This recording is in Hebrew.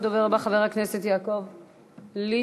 הדובר הבא, חבר הכנסת יעקב ליצמן,